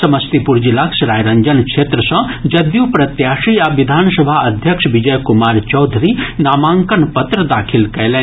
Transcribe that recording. समस्तीपुर जिलाक सरायरंजन क्षेत्र सँ जदयू प्रत्याशी आ विधानसभा अध्यक्ष विजय कुमार चौधरी नामांकन पत्र दाखिल कयलनि